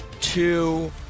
two